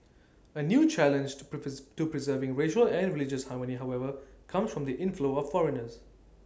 A new challenge to to preserving racial and religious harmony however comes from the inflow of foreigners